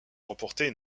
remporté